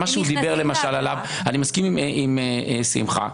אני מסכים עם שמחה,